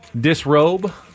disrobe